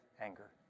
anger